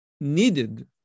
needed